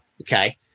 okay